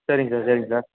சரிங்க சார் சரிங்க சார்